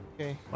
Okay